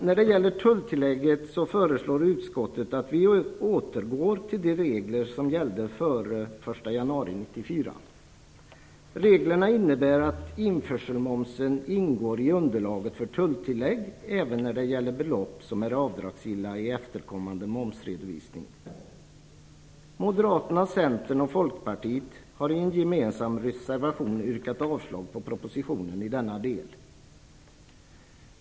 När det gäller tulltillägget föreslår utskottet att vi återgår till de regler som gällde före den 1 januari 1994. Reglerna innebär att införselmoms ingår i underlaget för tulltillägg även när det gäller belopp som är avdragsgilla i efterkommande momsredovisning. Moderaterna, Centern och Folkpartiet har i en gemensam reservation yrkat avslag på propositionen i denna del.